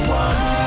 one